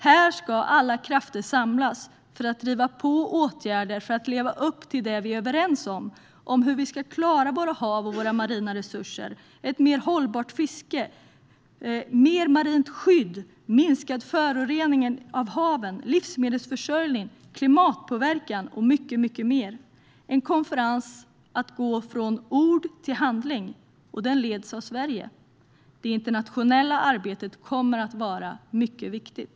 Där ska alla krafter samlas för att driva på för åtgärder som lever upp till det som vi är överens om för att vi ska klara våra hav och våra marina resurser, ett mer hållbart fiske, mer marint skydd, minskad förorening av haven, livsmedelsförsörjning, klimatpåverkan och mycket, mycket mer - en konferens för att gå från ord till handling, och den leds av Sverige. Det internationella arbetet kommer att vara mycket viktigt.